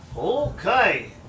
Okay